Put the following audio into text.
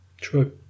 True